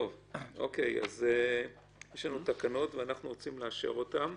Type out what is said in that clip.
יש לנו תקנות ואנחנו רוצים לאשר אותן.